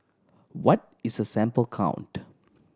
what is a sample count